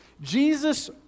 jesus